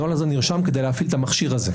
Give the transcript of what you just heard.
הנוהל הזה נרשם כדי להפעיל את המכשיר הזה.